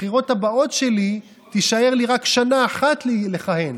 בבחירות הבאות שלי תישאר לי רק שנה אחת לכהן,